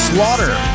Slaughter